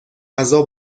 غذا